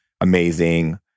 amazing